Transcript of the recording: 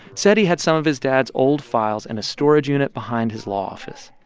said he had some of his dad's old files in a storage unit behind his law office.